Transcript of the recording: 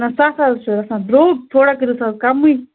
نہ سَتھ ہَتھ چھِ گژھان درٛوٚگ تھوڑا کٔرِوُس حظ کَمٕے